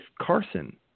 Carson